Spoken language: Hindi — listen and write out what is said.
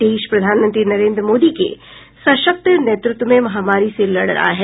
देश प्रधानमंत्री नरेन्द्र मोदी के सशक्त नेतृत्व में महामारी से लड़ रहा है